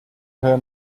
her